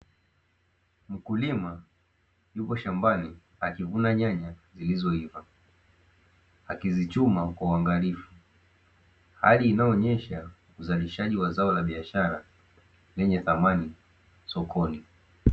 Mkulima yupo shambani akivuna nyanya zilizoiva, akizichuma kwa uangalifu hali inayoonyesha uzalishaji wa zao la biashara lenye thamani sokoni.